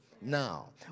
now